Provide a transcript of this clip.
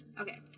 Okay